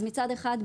אז מצד אחד,